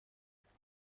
دقیقه